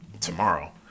tomorrow